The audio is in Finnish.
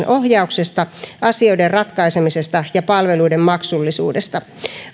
ohjauksesta asioiden ratkaisemisesta ja palveluiden maksullisuudesta